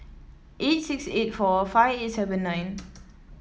eight six eight four five eight seven nine